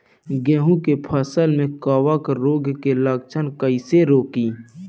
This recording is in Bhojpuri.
गेहूं के फसल में कवक रोग के लक्षण कईसे रोकी?